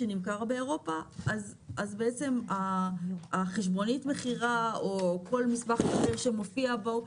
אז בעצם החשבונית מכירה או כל מסמך אחר שמופיע בו,